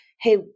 hey